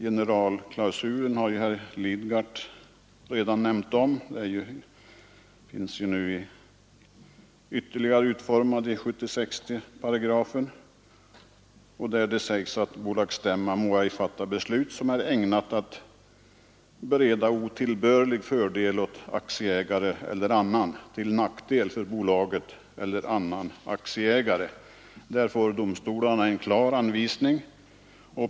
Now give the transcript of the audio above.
Herr Lidgard har redan nämnt generalklausulen, som finns utformad i 76 §, där det enligt den föreslagna lydelsen heter: ”Bolagsstämma får ej fatta beslut, som är ägnat att bereda otillbörlig fördel åt aktieägare eller annan till nackdel för bolaget eller annan aktieägare.” — Där får domstolarna en klar anvisning.